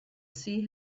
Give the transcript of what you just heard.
sea